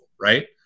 right